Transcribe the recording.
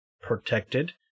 protected